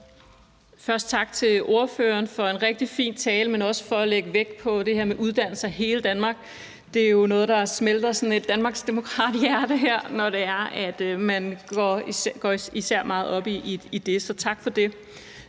Først tak til ordføreren for en rigtig fin tale, men også for at lægge vægt på det her med uddannelser i hele Danmark. Det er jo noget, der smelter sådan et danmarksdemokrathjerte her, når man især går meget op i det – så tak for det.